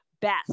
best